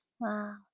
Wow